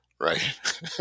right